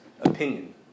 opinion